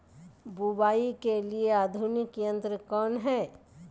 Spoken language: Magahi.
बुवाई के लिए आधुनिक यंत्र कौन हैय?